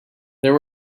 there